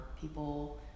people